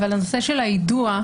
נושא היידוע.